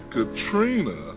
Katrina